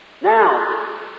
Now